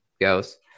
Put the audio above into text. goes